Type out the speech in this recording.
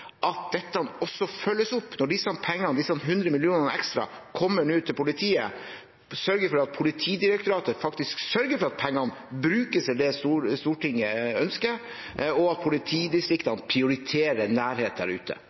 at dette også følges opp – når disse hundre millionene ekstra nå kommer til politiet – at Politidirektoratet faktisk sørger for at pengene brukes til det Stortinget ønsker, og at politidistriktene prioriterer nærhet der ute?